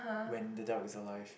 when the duck is alive